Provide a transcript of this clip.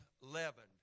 leavened